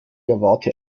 erwarte